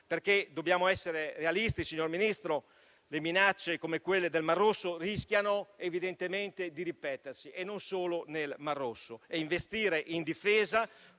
Dobbiamo essere realistici, signor Ministro: minacce come quelle del mar Rosso rischiano evidentemente di ripetersi, e non solo nel mar Rosso. Investire in difesa